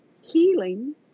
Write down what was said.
healing